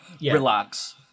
Relax